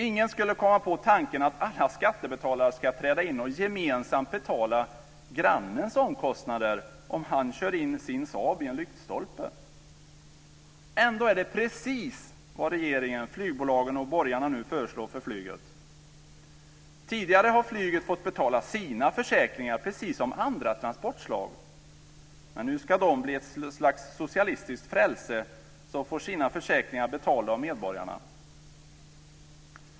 Ingen skulle komma på tanken att alla skattebetalare ska träda in och gemensamt betala grannens omkostnader om han kör in sin Saab i en lyktstolpe. Ändå är det precis vad regeringen, flygbolagen och borgarna nu föreslår för flyget. Tidigare har flyget fått betala sina försäkringar precis som andra transportslag, men nu ska det bli ett slags socialistiskt frälse som får sina försäkringar betalda av medborgarna.